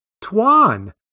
Tuan